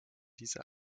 diese